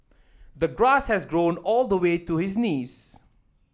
the grass had grown all the way to his knees